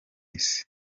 isi